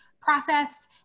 processed